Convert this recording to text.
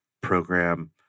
program